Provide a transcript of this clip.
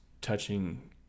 touching